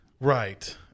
Right